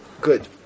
Good